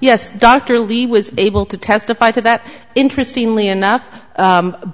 yes dr levy was able to testify to that interesting only enough